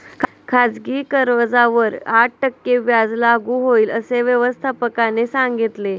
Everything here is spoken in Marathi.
खाजगी कर्जावर आठ टक्के व्याज लागू होईल, असे व्यवस्थापकाने सांगितले